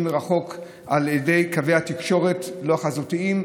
מרחוק על ידי קווי תקשורת לא חזותיים,